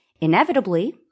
Inevitably